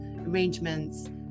arrangements